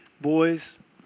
boys